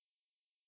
really